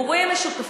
רק מגורים משותפים.